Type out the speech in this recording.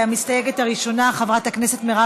המסתייגת הראשונה, חברת הכנסת מרב